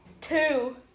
two